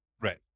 right